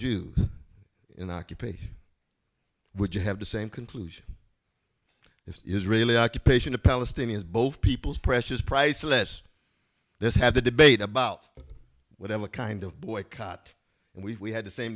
jews in occupation would you have the same conclusion if israeli occupation of palestinians both peoples precious priceless this had a debate about whatever kind of boycott and we had the same